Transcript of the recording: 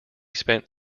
spent